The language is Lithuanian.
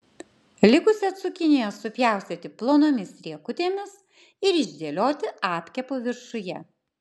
likusią cukiniją supjaustyti plonomis riekutėmis ir išdėlioti apkepo viršuje